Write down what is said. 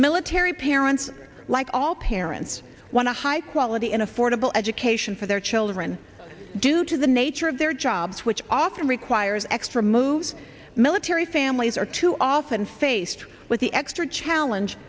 military parents like all parents want a high quality and affordable education for their children due to the nature of their job which often requires extra moves military families are too often faced with the extra challenge